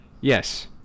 Yes